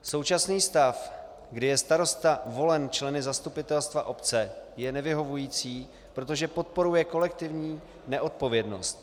Současný stav, kdy je starosta volen členy zastupitelstva obce, je nevyhovující, protože podporuje kolektivní neodpovědnost.